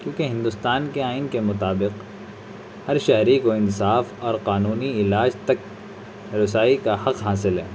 کیونکہ ہندوستان کے آئین کے مطابق ہر شہری کو انصاف اور قانونی علاج تک رسائی کا حق حاصل ہے